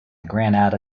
granada